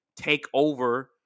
takeover